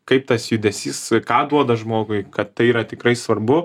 kaip tas judesys ką duoda žmogui kad tai yra tikrai svarbu